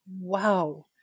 Wow